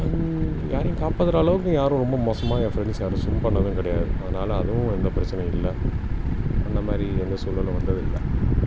அந் யாரையும் காப்பாற்றுற அளவுக்கு யாரும் ரொம்ப மோசமாக ஏன் ஃப்ரெண்ட்ஸ் யாரும் ஸ்சும் பண்ணது கிடையாது அதனால் அதுவும் எந்த பிரச்சனையும் இல்லை அந்த மாரி எந்த சூழலும் வந்ததில்லை